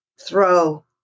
throw